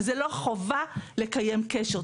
אבל זו לא חובה לקיים קשר.